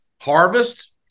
harvest